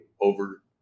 over